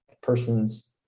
person's